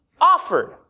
offered